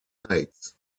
nights